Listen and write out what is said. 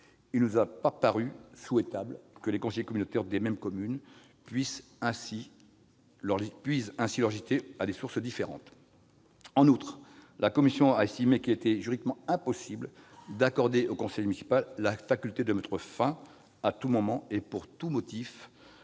Il ne nous a pas paru souhaitable que les conseillers communautaires d'une même commune puisent ainsi leur légitimité à des sources différentes. Par ailleurs, la commission a estimé qu'il était juridiquement impossible d'accorder au conseil municipal la faculté de mettre fin, à tout moment et pour tout motif,